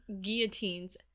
guillotines